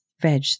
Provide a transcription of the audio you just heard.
veg